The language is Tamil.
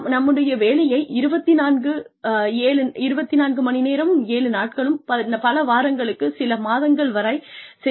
நாம் நம்முடைய வேலையை 247 நாட்களும் பல வாரங்களுக்கு சில மாதங்கள் வராய் செய்யலாம்